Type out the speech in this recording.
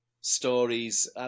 stories